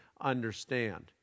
understand